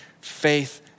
faith